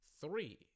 three